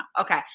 Okay